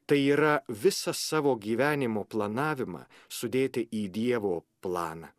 tai yra visą savo gyvenimo planavimą sudėti į dievo planą